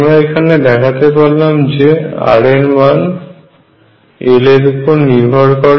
আমরা এখানে দেখতে পারলাম যে r এর মান l এর উপড় নিরভর করে